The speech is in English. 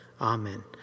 Amen